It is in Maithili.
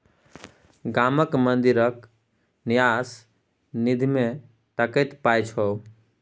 गामक मंदिरक न्यास निधिमे कतेक पाय छौ